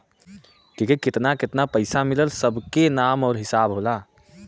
केके केतना केतना पइसा मिलल सब के नाम आउर हिसाब होला